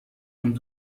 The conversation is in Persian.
اون